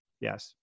Yes